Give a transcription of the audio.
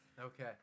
Okay